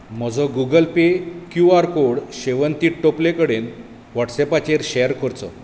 म्हजो Google Pay Q R code शेवन्ती टोपले कडेन व्हॉट्सॲपाचेर शॅर करचो